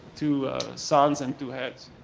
two sons, and two heads.